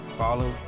follow